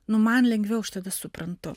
nu man lengviau aš tada suprantu